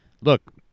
Look